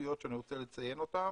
משמעותיות שאני רוצה לציין אותן: